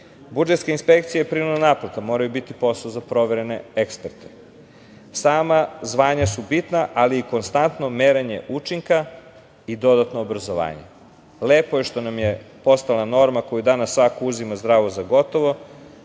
inspekcija i prinudna naplata moraju biti posao za proverene eksperte. Sama zvanja su bitna, ali i konstantno merenje učinka i dodatno obrazovanje. Lepo je što nam je postala norma koju danas svako uzima zdravo za gotovo